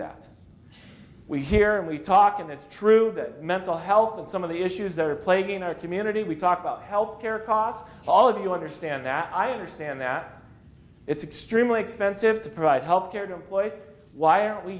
that we hear and we talk and it's true that mental health and some of the issues that are plaguing our community we talk about health care costs all of you understand that i understand that it's extremely expensive to provide health care to employ why aren't we